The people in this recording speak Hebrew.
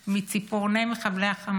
מציפורני מחבלי החמאס,